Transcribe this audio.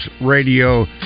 Radio